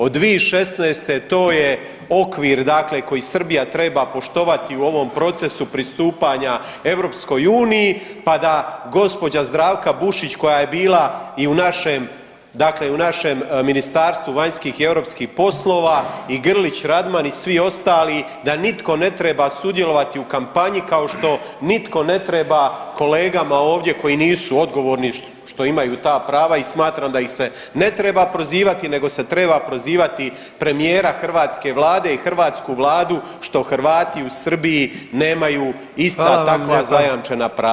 Od 2016. to je okvir dakle koji Srbija treba poštovati u ovom procesu pristupanja Europskoj uniji, pa da gospođa Zdravka Bušić koja je bila i u našem Ministarstvu vanjskih i europskih poslova, i Grlić Radman i svi ostali da nitko ne treba sudjelovati u kampanji kao što nitko ne treba kolegama ovdje koji nisu odgovorni što imaju ta prava i smatram da ih se ne treba prozivati, nego se treba prozivati premijera hrvatske Vlade i hrvatsku Vladu što Hrvati u Srbiji nemaju ista takva zajamčena prava.